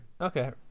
Okay